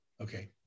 Okay